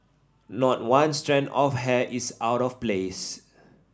not one strand of hair is out of place